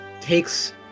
takes